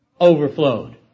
overflowed